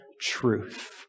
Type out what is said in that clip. truth